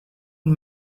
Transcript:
one